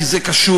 כי זה קשור.